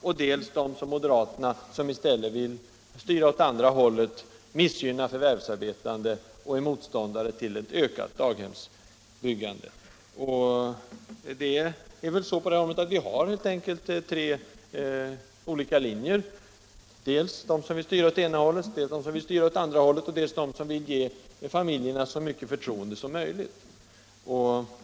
Den andra gruppen är moderaterna, som i stället vill styra åt andra hållet och missgynna förvärvsarbetande, som är motståndare till ökat daghemsbyggande. Det finns väl helt enkelt på detta område representanter för tre olika linjer — de som vill styra åt ena hållet, de som vill styra åt andra hållet och de som vill ge familjerna så stort förtroende som möjligt.